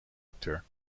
acteur